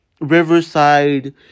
Riverside